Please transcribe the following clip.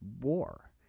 war